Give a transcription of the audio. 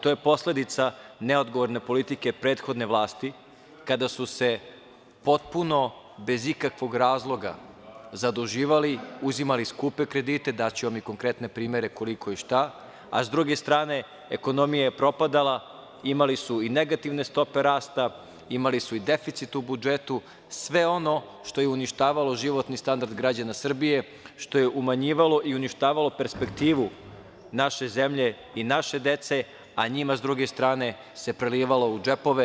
To je posledica neodgovorne politike prethodne vlasti, kada su se potpuno, bez ikakvog razloga zaduživali, uzimali skupe kredite, daću vam i konkretne primere koliko i šta, a s druge strane ekonomija je propadala, imali su i negativne stope rasta, imali su i deficit u budžetu, sve ono što je uništavalo životni standard građana Srbije, što je umanjivalo i uništavalo perspektivu naše zemlje i naše dece, a njima s druge strane se prelivalo u džepove.